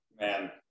Man